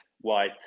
white